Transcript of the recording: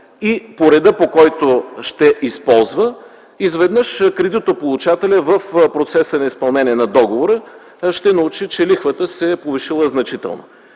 и по реда, който ще използва, изведнъж кредитополучателят в процеса на изпълнението на договора ще научи, че лихвата се е повишила значително.